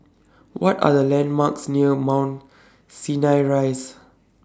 What Are The landmarks near Mount Sinai Rise